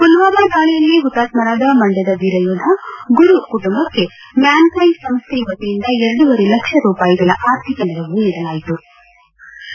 ಪುಲ್ವಾಮಾ ದಾಳಿಯಲ್ಲಿ ಹುತಾತ್ಕರಾದ ಮಂಡ್ಕದ ವೀರಯೋಧ ಗುರು ಕುಟುಂಬಕ್ಕೆ ಮ್ಯಾನ್ಕೈಂಡ್ ಸಂಸ್ಟೆ ವತಿಯಿಂದ ಎರಡೂವರೆ ಲಕ್ಷ ರೂಪಾಯಿಗಳ ಆರ್ಥಿಕ ನೆರವು ನೀಡಲಾಯಿತು ಪಿಟಿಸಿ